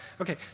Okay